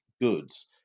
goods